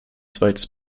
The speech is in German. zweites